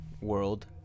world